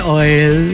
oil